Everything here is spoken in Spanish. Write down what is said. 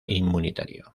inmunitario